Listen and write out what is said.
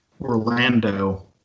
Orlando